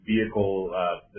vehicle